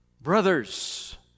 Brothers